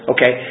Okay